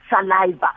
saliva